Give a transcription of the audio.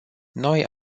noi